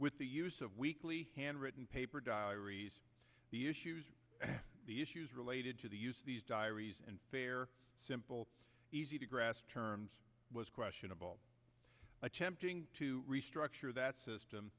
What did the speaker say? with the use of weekly handwritten paper diaries the issues the issues related to the use these diaries and their simple easy to grasp terms was questionable attempting to restructure that system